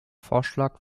vorschlag